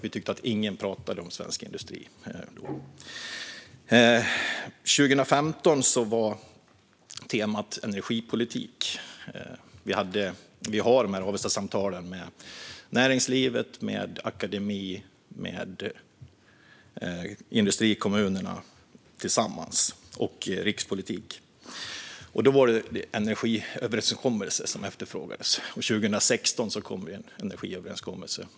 Vi tyckte att ingen pratade om svensk industri. Vi har de här samtalen med näringslivet, akademin och industrikommunerna tillsammans med rikspolitiken. År 2015 var temat för samtalen energipolitik, och då var det en energiöverenskommelse som efterfrågades. År 2016 kom en energiöverenskommelse.